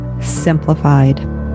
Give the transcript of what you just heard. Simplified